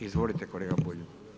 Izvolite kolega Bulj.